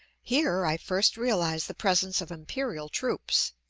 here i first realize the presence of imperial troops,